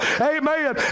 amen